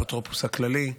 האפוטרופוס הכללי,